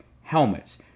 helmets